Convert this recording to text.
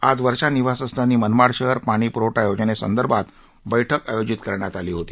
आज वर्षा निवासस्थानी मनमाड शहर पाणी पुरवठा योजनेसंदर्भात बैठक आयोजित करण्यात आली होती